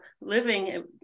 living